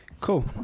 Cool